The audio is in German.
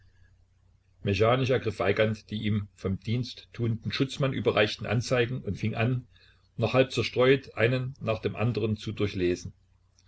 ergriff weigand die ihm vom diensttuenden schutzmann überreichten anzeigen und fing an noch halb zerstreut einen nach dem anderen zu durchlesen